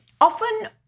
Often